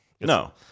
No